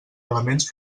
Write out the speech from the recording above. elements